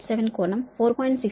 87 కోణం 4